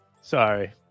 sorry